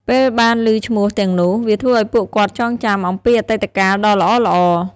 ពេលបានឮឈ្មោះទាំងនោះ វាធ្វើឲ្យពួកគាត់ចងចាំអំពីអតីតកាលដ៏ល្អៗ។